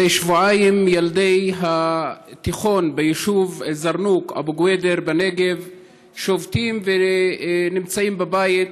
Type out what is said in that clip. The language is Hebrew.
זה שבועיים שילדי התיכון א-זרנוק-אבו קווידר בנגב שובתים ונמצאים בבית.